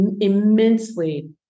immensely